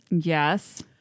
Yes